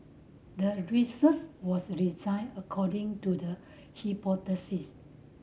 the research was designed according to the hypothesis